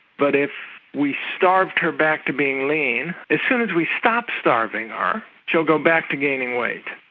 but if we starved her back to being lean, as soon as we stop starving her she'll go back to gaining weight.